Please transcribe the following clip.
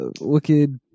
Wicked